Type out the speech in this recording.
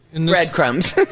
Breadcrumbs